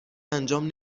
انجام